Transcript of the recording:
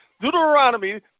Deuteronomy